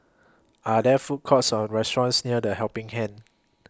Are There Food Courts Or restaurants near The Helping Hand